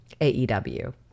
AEW